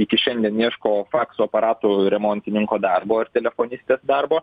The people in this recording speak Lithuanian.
iki šiandien ieško fakso aparatų remontininko darbo ar telefonistės darbo